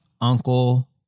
uncle